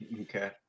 Okay